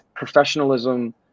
Professionalism